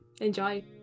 Enjoy